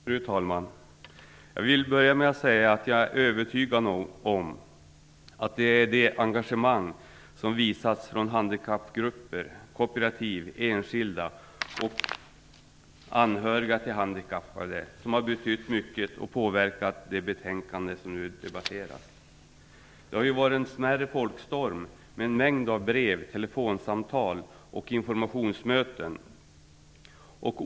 Fru talman! Jag vill börja med att säga att jag är övertygad om att det engagemang som visats från handikappgrupper, kooperativ, enskilda och anhöriga till handikappade har betytt mycket och påverkat det betänkande som nu debatteras. Det har varit en mindre folkstorm med en mängd av brev, telefonsamtal och informationsmöten.